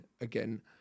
again